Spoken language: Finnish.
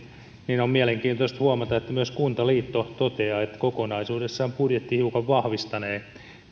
niin on mielenkiintoista huomata että myös kuntaliitto toteaa että kokonaisuudessaan budjetti hiukan vahvistanee